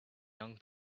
young